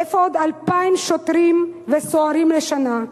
איפה עוד 2,000 שוטרים וסוהרים לשנה?